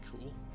Cool